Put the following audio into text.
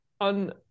on